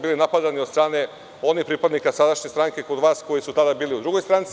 Bili smo napadani od strane onih pripadnika sadašnje stranke kod vas koji su tada bili u drugoj stranci.